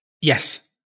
Yes